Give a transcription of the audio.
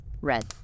Red